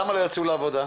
למה לא יצאו לביצוע?